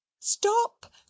Stop